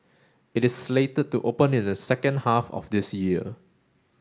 it is slated to open in the second half of this year